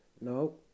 no